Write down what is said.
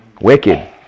Wicked